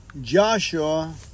Joshua